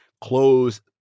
close